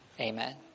Amen